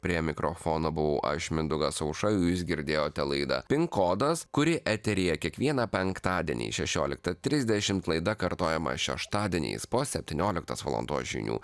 prie mikrofono buvau aš mindaugas auša o jūs girdėjote laidą pin kodas kuri eteryje kiekvieną penktadienį šešioliktą trisdešimt laida kartojama šeštadieniais po septynioliktos valandos žinių